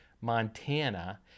Montana